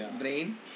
brain